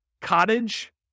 Cottage